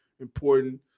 important